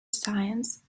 science